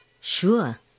Sure